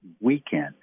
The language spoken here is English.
weekend